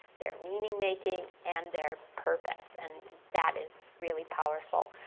their meaning-making, and their purpose. and that is really powerful.